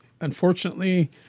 unfortunately